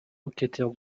locataire